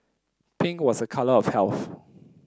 pink was a colour of health